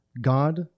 God